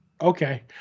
Okay